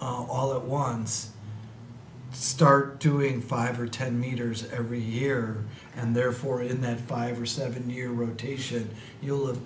all at once start doing five or ten metres every year and therefore in that five or seven year rotation you'll have